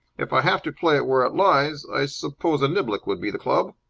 if i have to play it where it lies, i suppose a niblick would be the club?